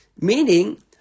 Meaning